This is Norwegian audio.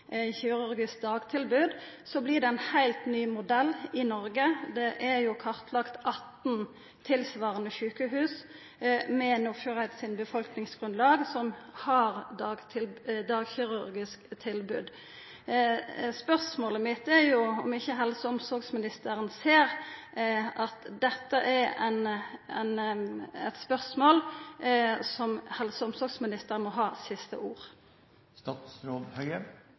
kirurgisk dagtilbod, vert det ein heilt ny modell i Noreg. Det er kartlagt 18 tilsvarande sjukehus, med eit befolkningsgrunnlag tilsvarande det i Nordfjordeid, som har dagkirurgisk tilbod. Spørsmålet mitt er om ikkje helse- og omsorgsministeren ser at dette er eit spørsmål der helse- og omsorgsministeren må ha siste ordet. I styringsmodellen har helse- og omsorgsministeren siste ord,